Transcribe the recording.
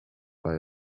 buy